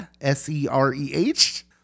s-e-r-e-h